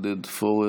חבר הכנסת עודד פורר,